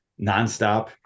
nonstop